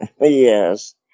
Yes